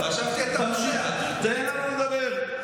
תן לנו לדבר.